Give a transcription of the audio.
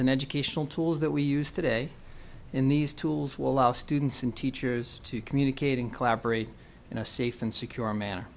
an educational tools that we use today in these tools will allow students and teachers to communicate and collaborate in a safe and secure manner